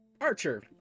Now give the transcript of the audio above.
archer